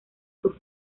sus